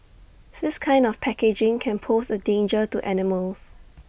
this kind of packaging can pose A danger to animals